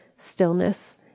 stillness